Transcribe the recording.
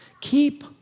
Keep